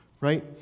Right